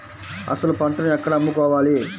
అసలు పంటను ఎక్కడ అమ్ముకోవాలి?